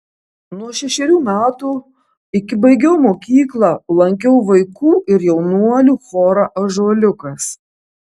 nuo šešerių metų iki baigiau mokyklą lankiau vaikų ir jaunuolių chorą ąžuoliukas